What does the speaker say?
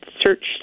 searched